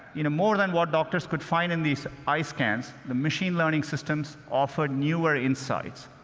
you know more than what doctors could find in these eye scans, the machine learning systems offered newer insights.